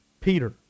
Peter